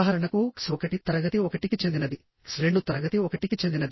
ఈ రంధ్రము ఉండడం వలన స్ట్రెంత్ తగ్గుతుంది